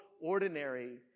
ordinary